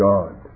God